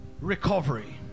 Recovery